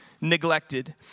neglected